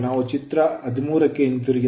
ನಾವು ಚಿತ್ರ 13 ಕ್ಕೆ ಹಿಂತಿರುಗಿದರೆ